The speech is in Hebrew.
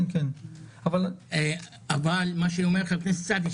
אבל כפי שאומר חבר הכנסת סעדי,